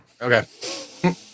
Okay